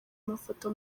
amafoto